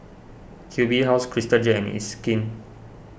Q B House Crystal Jade and It's Skin